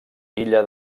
illa